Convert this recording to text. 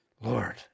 Lord